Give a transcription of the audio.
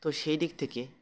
তো সেই দিক থেকে